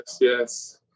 yes